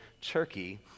Turkey